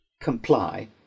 comply